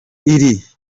iri